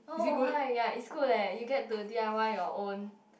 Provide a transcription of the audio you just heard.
oh why ya is good eh you get to D_I_Y your own